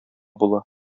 була